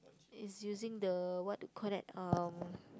he's using the what you call that um